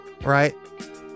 right